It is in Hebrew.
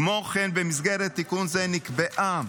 כמו כן, במסגרת תיקון זה נקבעה